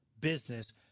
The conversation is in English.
business